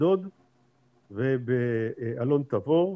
אשדוד ואלון תבור,